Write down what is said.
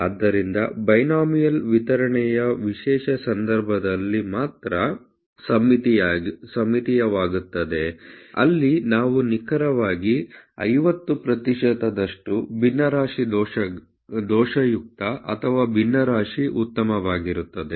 ಆದ್ದರಿಂದ ಬೈನೋಮಿಯಲ್ ವಿತರಣೆಯು ವಿಶೇಷ ಸಂದರ್ಭದಲ್ಲಿ ಮಾತ್ರ ಸಮ್ಮಿತೀಯವಾಗುತ್ತದೆ ಅಲ್ಲಿ ನೀವು ನಿಖರವಾಗಿ 50 ಪ್ರತಿಶತದಷ್ಟು ಭಿನ್ನರಾಶಿ ದೋಷಯುಕ್ತ ಅಥವಾ ಭಿನ್ನರಾಶಿ ಉತ್ತಮವಾಗಿರುತ್ತದೆ